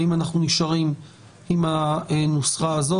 האם אנחנו נשארים עם הנוסחה הזאת.